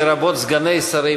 לרבות סגני שרים,